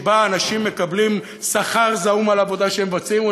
שבהם אנשים מקבלים שכר זעום על עבודה שהם מבצעים,